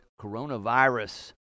coronavirus